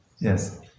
Yes